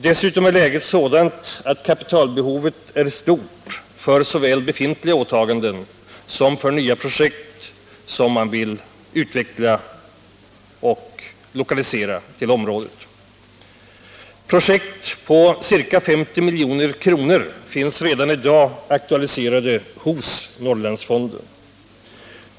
Dessutom är läget sådant att kapitalbehovet är stort såväl för befintliga åtaganden som för nya projekt som man vill utveckla och lokalisera till området. Projekt på ca 50 milj.kr. finns redan i dag aktualiserade i Norrlandsfonden.